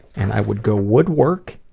and i would go woodwork,